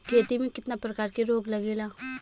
खेती में कितना प्रकार के रोग लगेला?